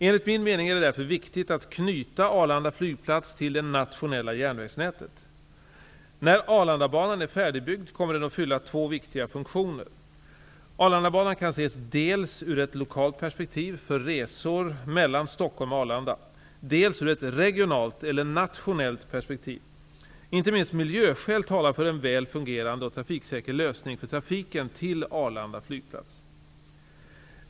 Enligt min mening är det därför viktigt att knyta Arlanda flygplats till det nationella järnvägsnätet. När Arlandabanan är färdigbyggd kommer den att fylla två viktiga funktioner. Arlandabanan kan ses dels ur ett lokalt perspektiv för resor mellan Stockholm och Arlanda, dels ur ett regionalt eller nationellt perspektiv. Inte minst miljöskäl talar för en väl fungerande och trafiksäker lösning för trafiken till Arlanda flygplats.